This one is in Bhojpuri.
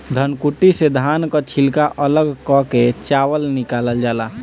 धनकुट्टी से धान कअ छिलका अलग कअ के चावल निकालल जाला